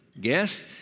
Guests